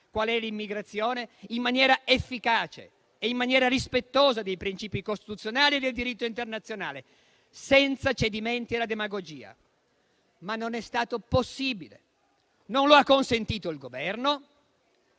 qual è l'immigrazione, in maniera efficace e rispettosa dei princìpi costituzionali e del diritto internazionale, senza cedimenti alla demagogia. Ma non è stato possibile: non lo ha consentito il Governo